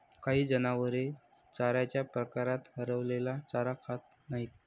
काही जनावरे चाऱ्याच्या प्रकारात हरवलेला चारा खात नाहीत